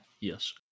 Yes